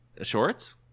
shorts